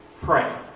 Pray